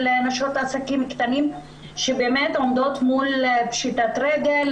נשות עסקים קטנים שבאמת עומדות מול פשיטת רגל.